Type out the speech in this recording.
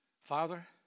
Father